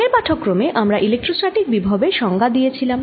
আগের পাঠক্রমে আমরা ইলেক্ট্রোস্ট্যাটিক বিভব এর সংজ্ঞা দিয়েছিলাম